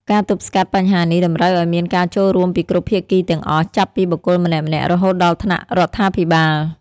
ការទប់ស្កាត់បញ្ហានេះតម្រូវឲ្យមានការចូលរួមពីគ្រប់ភាគីទាំងអស់ ចាប់ពីបុគ្គលម្នាក់ៗរហូតដល់ថ្នាក់រដ្ឋាភិបាល។